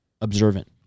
observant